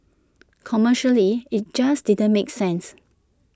commercially IT just didn't make sense